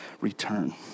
return